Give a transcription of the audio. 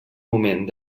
moment